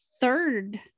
third